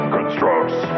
Constructs